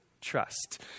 Trust